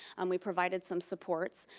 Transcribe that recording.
and we provided some supports,